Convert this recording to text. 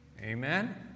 Amen